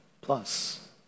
plus